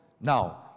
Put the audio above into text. Now